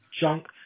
junk